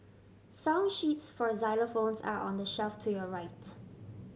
song sheets for xylophones are on the shelf to your right